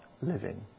living